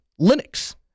Linux